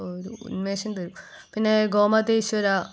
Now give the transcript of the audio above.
ഒരു ഉന്മേഷം തരും പിന്നെ ഗോമതേശ്വര